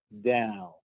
down